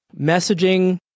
Messaging